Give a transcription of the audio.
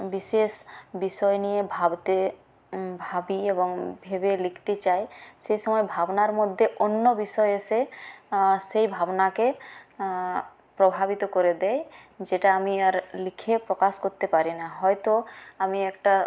বিশেষ বিষয় নিয়ে ভাবতে ভাবি এবং ভেবে লিখতে চাই সে সময় ভাবনার মধ্যে অন্য বিষয় এসে সেই ভাবনাকে প্রভাবিত করে দেয় যেটা আমি আর লিখে প্রকাশ করতে পারি না হয়ত আমি একটা